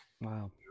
Wow